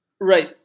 Right